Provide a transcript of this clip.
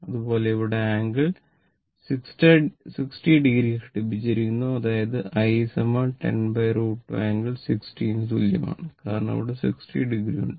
അതുപോലെ ഇവിടെ angle 60o ഘടിപ്പിച്ചിരിക്കുന്നു അതായത് i 10 √ 2 ആംഗിൾ 60 o ന് തുല്യമാണ് കാരണം അവിടെ 60 o ഉണ്ട്